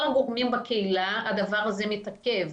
כל הגורמים בקהילה, הדבר הזה מתעכב.